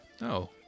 No